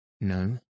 No